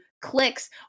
clicks